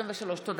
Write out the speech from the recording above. תודה.